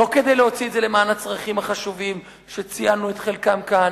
לא כדי להוציא את זה למען הצרכים החשובים שציינו את חלקם כאן,